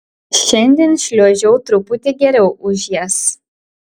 šiandien šliuožiau truputį geriau už jas